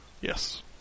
Yes